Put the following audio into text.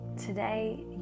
Today